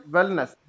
Wellness